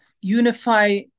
unify